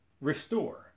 Restore